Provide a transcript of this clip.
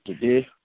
today